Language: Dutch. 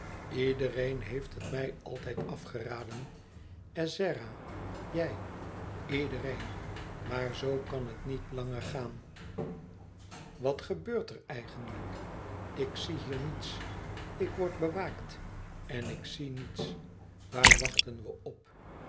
iedereen heeft het mij altijd afgeraden ezzera jij iedereen maar zoo kan het niet langer gaan wat gebeurt er eigenlijk ik zie hier niets ik word bewaakt en ik zie niets waar wachten we op